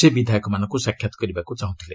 ସେ ବିଧାୟକମାନଙ୍କୁ ସାକ୍ଷାତ କରିବାକୁ ଚାହୁଁଥିଲେ